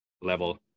level